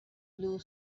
blue